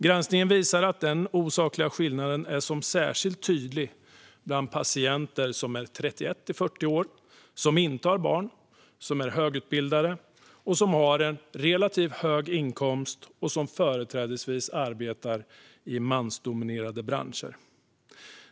Granskningen visar att den osakliga skillnaden är särskilt tydlig bland patienter som är 31-40 år, som inte har barn, som är högutbildade, som har en relativt hög inkomst och som företrädesvis arbetar i mansdominerade branscher.